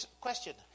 question